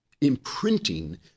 imprinting